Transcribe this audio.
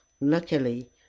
Luckily